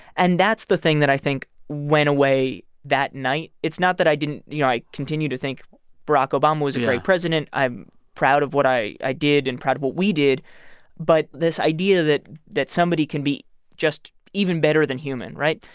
and that's the thing that i think went away that night. it's not that i didn't you know, i continue to think barack obama was a great president. i'm proud of what i i did and proud of what we did but this idea that that somebody can be just even better than human right?